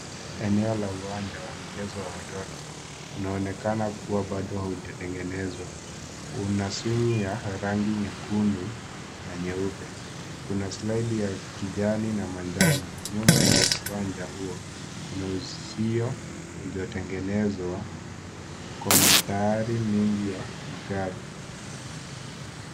Eneo la uwanja wa michezo wa watoto. Hunaonekana kuwa Bado haujatengenezwa. Huna swingyi ya rangi ya nyekundu na nyeupe. Kuna slide ya kijani na manjano. Nyuma ya uwanja huo kuna uzio haujatengenezwa kwa muthari mingi ya magari.